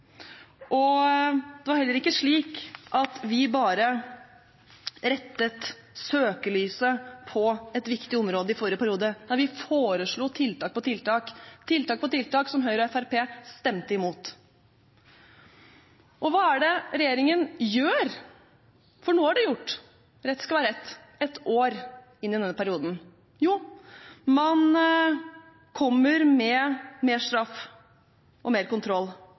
bare rettet søkelyset mot et viktig område i forrige periode. Vi foreslo tiltak på tiltak, som Høyre og Fremskrittspartiet stemte imot. Hva er det regjeringen gjør – for noe har de gjort, rett skal være rett – ett år inn i denne perioden? Jo, de kommer med mer straff og mer kontroll.